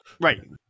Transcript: Right